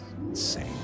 Insane